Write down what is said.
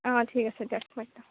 অঁ ঠিক আছে দিয়ক বাইদেউ